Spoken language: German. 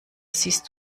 siehst